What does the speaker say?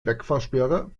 wegfahrsperre